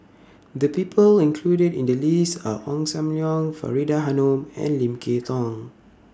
The People included in The list Are Ong SAM Leong Faridah Hanum and Lim Kay Tong